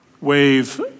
wave